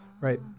Right